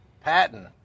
Patton